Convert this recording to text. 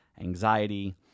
anxiety